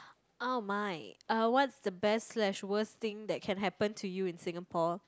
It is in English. ah my uh what's the best slash worst thing that can happen to you in Singapore